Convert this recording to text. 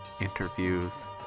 interviews